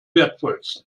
wertvollsten